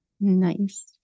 Nice